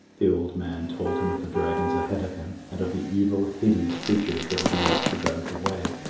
the old man told him of the dragons ahead of him and of the evil, hideous creatures that had been left to guard the way.